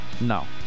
no